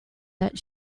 that